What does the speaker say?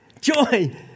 Joy